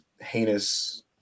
heinous